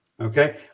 Okay